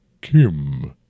Kim